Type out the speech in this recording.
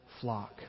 flock